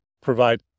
provide